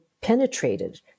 penetrated